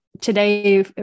today